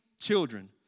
children